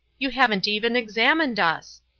you haven't even examined us.